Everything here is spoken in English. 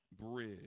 Bridge